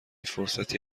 فرصتی